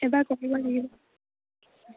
এইবাৰ কৰিব লাগিব